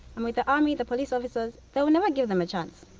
and with the army, the police officers, they'll never give them a chance.